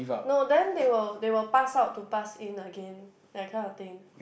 no then they will they will pass out to pass in again that kind of thing